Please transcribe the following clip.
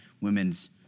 women's